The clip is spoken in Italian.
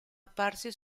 apparsi